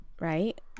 Right